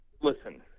listen